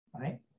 right